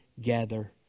gather